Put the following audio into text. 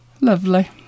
Lovely